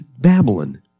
Babylon